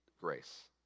grace